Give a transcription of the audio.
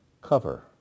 Cover